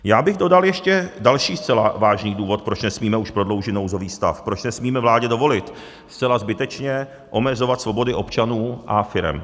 Já bych dodal ještě další zcela vážný důvod, proč nesmíme už prodloužit nouzový stav, proč nesmíme vládě dovolit zcela zbytečně omezovat svobody občanů a firem.